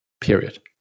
period